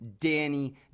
danny